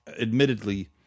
admittedly